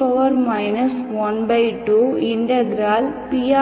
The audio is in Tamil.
12ptdt